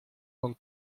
con